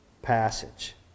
passage